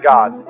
God